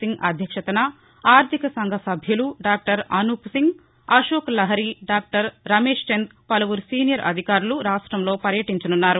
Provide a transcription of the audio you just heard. సింగ్ అధ్యక్షతన ఆర్దిక సంఘ సభ్యులు డాక్లర్ అనూప్ సింగ్ అశోక్ లాహిరి డాక్లర్ రమేష్ చంద్ పలువురు సీనియర్ అధికారులు రాష్టంలో పర్యటించనున్నారు